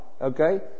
Okay